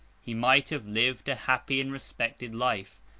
he might have lived a happy and respected life,